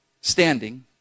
standing